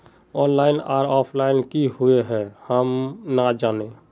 Online आर offline की हुई है हम ना जाने?